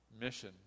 mission